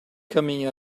coming